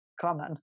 common